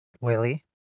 willie